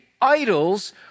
idols